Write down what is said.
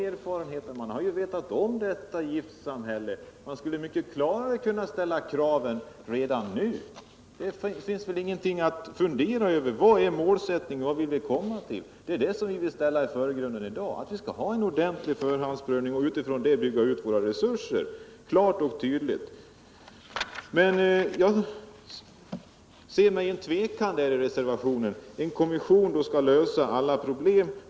Men man har ju vetat om detta giftsamhälle, och jag tycker man mycket klarare skulle kunna ställa kraven redan nu. Det är väl ingenting att fundera över! Vad är målsättningen? Vart vill vi komma? Det är detta vi vill ställa i förgrunden i dag. Vi skall ha en ordentlig förhandsprövning, och utifrån detta bygga ut våra resurser. Det är klart och tydligt. Jag ser med tveksamhet på reservationen. En kommission skall lösa alla problem.